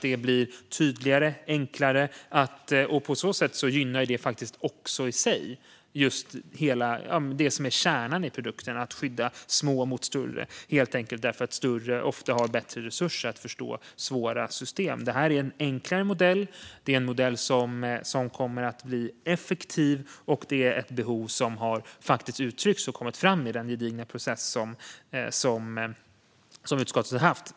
Det blir tydligare och enklare, och det gynnar i sig det som är kärnan i produkten: att skydda små mot större - helt enkelt därför att större ofta har bättre resurser att förstå svåra system. Det är en enklare modell, och det är en modell som kommer att bli effektiv. Behovet har uttryckts och kommit fram i den gedigna process som utskottet har haft.